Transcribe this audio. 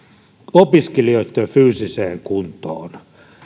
opiskelijoitten fyysiseen kuntoon